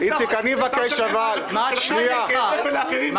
לך יש כסף ולאחרים לא.